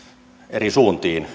eri suuntiin